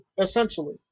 essentially